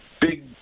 big